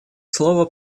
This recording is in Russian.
слово